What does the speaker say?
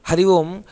Hari Om